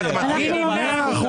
נמנע?